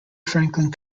franklin